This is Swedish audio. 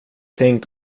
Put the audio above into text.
tänk